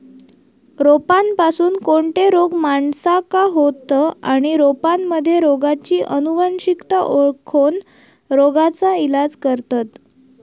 रोपांपासून कोणते रोग माणसाका होतं आणि रोपांमध्ये रोगाची अनुवंशिकता ओळखोन रोगाचा इलाज करतत